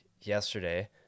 yesterday